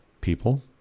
people